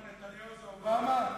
למה, נתניהו זה אובמה?